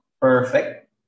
perfect